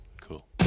Cool